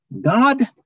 God